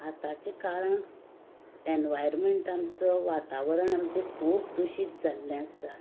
आतांचे काळान एनवायरमंट आमचो वातावरण आमचें खूब दुशीत जाल्लें आसा